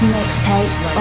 Mixtapes